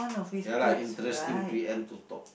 ya lah interesting p_m to talk